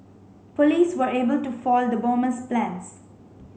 police were able to foil the bomber's plans